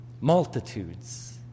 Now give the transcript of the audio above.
multitudes